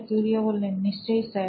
কিউরিও নিশ্চয়ই স্যার